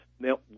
Now